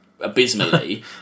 abysmally